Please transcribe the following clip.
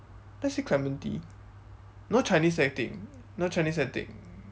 let's see clementi no chinese I think no chinese I think